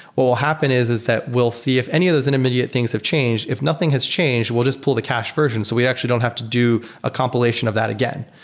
what will happen is, is that we'll see if any of those intermediate things have changed. if nothing has changed, we'll just pull the cache version. so we actually don't have to do a compilation of that again.